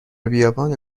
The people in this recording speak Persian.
بیابان